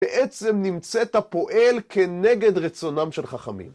בעצם נמצאת פועל כנגד רצונם של חכמים.